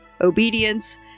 obedience